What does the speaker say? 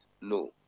No